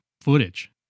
footage